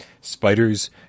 spiders